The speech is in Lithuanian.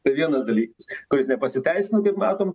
tai vienas dalykas kuris nepasiteisino kaip matom